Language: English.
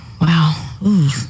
wow